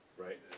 Right